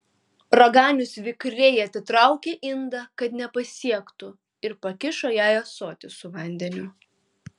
raganius vikriai atitraukė indą kad nepasiektų ir pakišo jai ąsotį su vandeniu